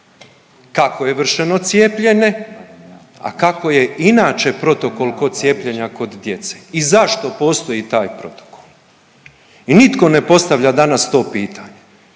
kako je vršeno cijepljenje, a kako je inače protokol kod cijepljenja kod djece i zašto postoji taj protokol. I nitko ne postavlja danas to pitanje.